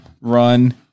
run